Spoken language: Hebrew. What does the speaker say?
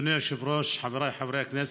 אדוני היושב-ראש, חבריי חברי הכנסת,